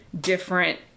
different